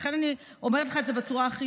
ולכן אני אומרת לך את זה בצורה הכי